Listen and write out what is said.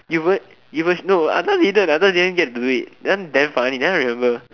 it was it was no I thought didn't get to do it that one damn funny that one I remember